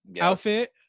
outfit